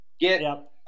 get –